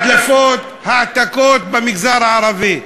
הדלפות, העתקות במגזר הערבי.